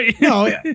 no